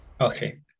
Okay